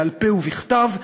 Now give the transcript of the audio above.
בעל-פה ובכתב,